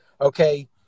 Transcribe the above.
Okay